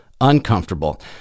uncomfortable